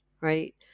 right